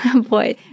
Boy